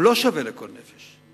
הוא לא שווה לכל נפש,